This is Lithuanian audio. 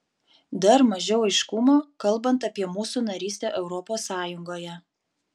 dar mažiau aiškumo kalbant apie mūsų narystę europos sąjungoje